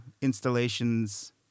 installations